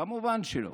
כמובן שלא.